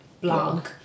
blog